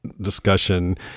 discussion